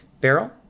barrel